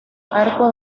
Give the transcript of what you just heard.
arco